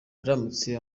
aramutse